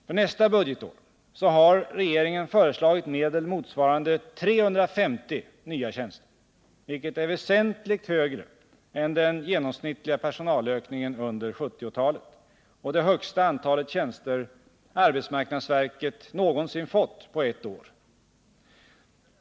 För nästa budgetår har regeringen föreslagit medel motsvarande 350 nya tjänster, vilket är väsentligt mera än den genomsnittliga personalökningen under 1970-talet och det högsta antalet tjänster arbetsmarknadsverket någonsin fått på ett år.